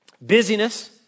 Busyness